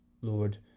Lord